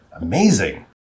Amazing